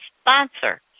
sponsor